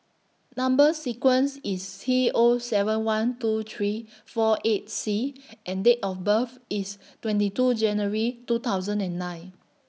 N umber sequence IS T O seven one two three four eight C and Date of birth IS twenty two January two thousand and nine